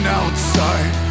outside